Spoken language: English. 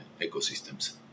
ecosystems